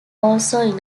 also